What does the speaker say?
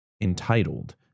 entitled